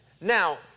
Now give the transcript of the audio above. Now